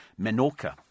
Menorca